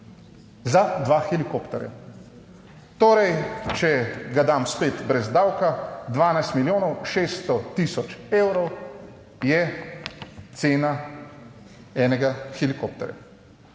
za dva helikopterja. Torej, če ga dam spet brez davka, 12 milijonov 600 tisoč evrov je cena enega helikopterja